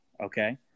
okay